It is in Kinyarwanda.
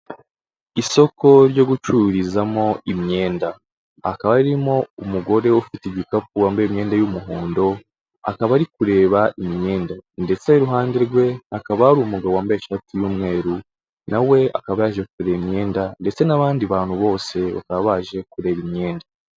Isoko ryo gucururizamo imyenda, hakaba harimo umugore ufite igikapu wambaye imyenda y'umuhondo, akaba ari kureba imyeda ndetse iruhande rwe hakaba hari umugabo wambaye ishati y'umweru, nawe akaba yaje kureba imyenda ndetse n'abandi bantu bose bakaba baje kureba imyenda.